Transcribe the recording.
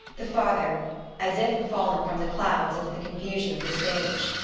the father as if fallen from the clouds into the con fusion of the stage.